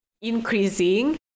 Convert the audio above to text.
increasing